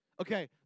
Okay